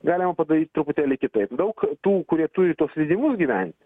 galima padaryt truputėlį kitaip daug tų kurie turi tuos leidimus gyventi